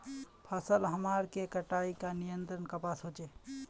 फसल हमार के कटाई का नियंत्रण कपास होचे?